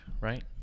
right